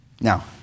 Now